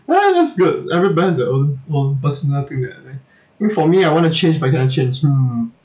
ya that's good everybody has their own own personal thing that they like I think for me I want to change but I cannot change hmm